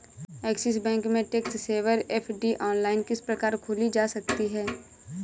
Axis Bank में tax saver FD online किस प्रकार खोली जा सकती है?